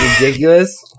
Ridiculous